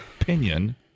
opinion